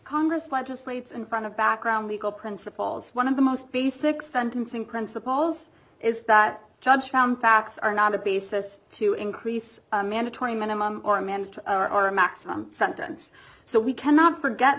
congress legislates and kind of background legal principles one of the most basic sentencing principles is that a judge found facts are not a basis to increase mandatory minimum are meant to our maximum sentence so we cannot forget